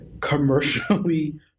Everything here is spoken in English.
commercially